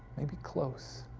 maybe close.